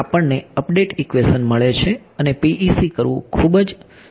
આપણને update equation મળે છે અને PEC કરવું પણ ખૂબ જ સિમ્પલ છે